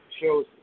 show's